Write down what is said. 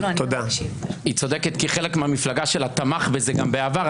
היא צודקת, כי חלק מהמפלגה שלה תמך בזה גם בעבר.